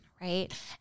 right